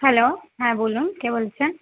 hello হ্যাঁ বলুন কে বলছেন